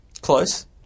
Close